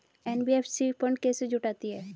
NBFC fund कैसे जुटाती है?